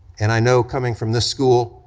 and i know coming from this school,